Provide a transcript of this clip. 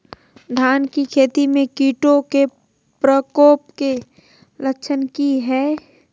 धान की खेती में कीटों के प्रकोप के लक्षण कि हैय?